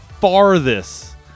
farthest